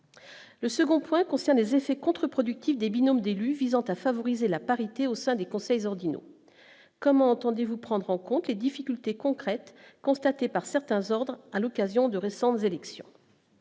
Le second point concerne des effets contre-productifs des binômes d'élus visant à favoriser la parité au sein des conseils du no comment entendez-vous prendre en compte les difficultés concrètes constatés par certains ordres à l'occasion de récentes élections